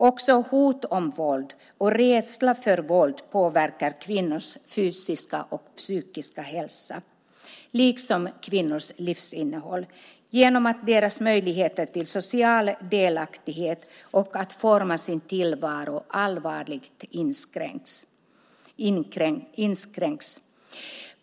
Också hot om våld och rädsla för våld påverkar kvinnors fysiska och psykiska hälsa, liksom kvinnors livsinnehåll, genom att deras möjligheter till social delaktighet och att forma sin tillvaro allvarligt inskränks.